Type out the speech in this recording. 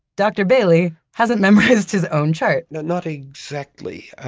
dr. bailey hasn't memorized his own chart no, not exactly.